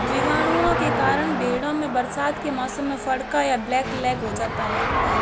जीवाणुओं के कारण भेंड़ों में बरसात के मौसम में फड़का या ब्लैक लैग हो जाता है